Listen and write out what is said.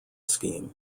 scheme